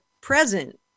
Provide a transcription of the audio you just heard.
present